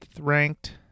ranked